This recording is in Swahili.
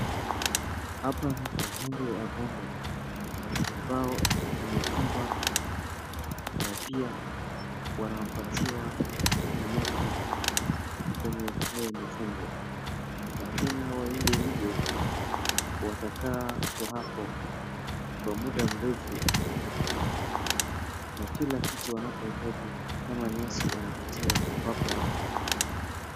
Hapa ni pahali ya ng'ombe ambao zimefungwa na pia wanapatiwa nyasi kwenye haya mafungo lakini hawaendi nje watakaa tu hapo kwa muda mrefu na kila kitu wanapohitaji kama nyasi wanapatiwa hapo hapo